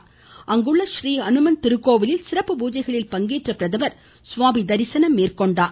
முன்னதாக அங்குள்ள றீஹனுமன் திருக்கோவிலில் சிறப்பு பூஜைகளில் பங்கேற்ற பிரதமர் சுவாமி தரிசனம் மேற்கொண்டார்